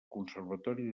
conservatori